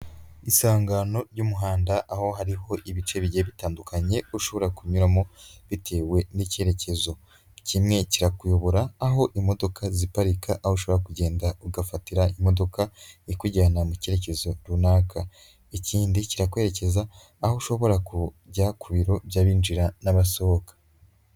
Isangano ry'umuhanda aho hariho ibice bigye bitandukanye ushobora kunyuramo bitewe n'icyerekezo kimwe kirakuyobora aho imodoka ziparika, aho ushobora kugenda ugafatira imodoka ikujyana mu cyerekezo runaka ikindi kirakwerekeza aho ushobora kujya ku biro by'abinjira n'abasohoka.